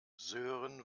sören